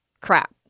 crap